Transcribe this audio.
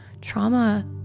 trauma